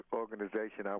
organization